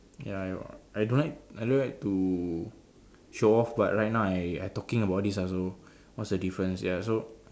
ya I don't like I don't like to show off but right now I I talking about this ah so what's the difference ya so